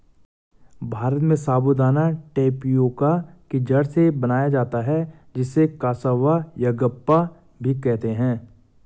भारत में साबूदाना टेपियोका की जड़ से बनाया जाता है जिसे कसावा यागप्पा भी कहते हैं